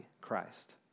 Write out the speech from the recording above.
Christ